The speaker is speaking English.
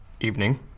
Evening